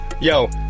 Yo